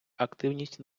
активність